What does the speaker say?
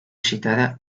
citada